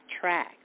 Track